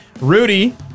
Rudy